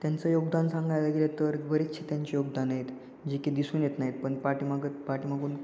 त्यांचं योगदान सांगायला गेलं तर बरेचसे त्यांचे योगदान आहेत जे की दिसून येत नाहीत पण पाठीमागं पाठीमागून खूप